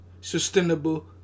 sustainable